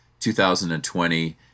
2020